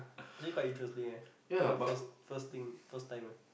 actually quite interesting eh ya first first thing first time eh